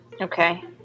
Okay